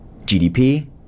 GDP